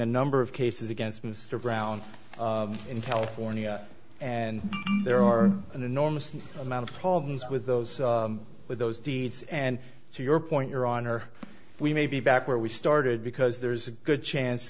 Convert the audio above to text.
a number of cases against mr brown in california and there are an enormous amount of problems with those with those deeds and to your point your honor we may be back where we started because there's a good chance